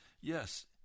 Yes